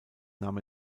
nahm